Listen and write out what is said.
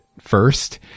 first